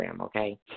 okay